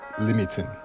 limiting